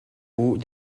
haut